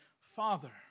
Father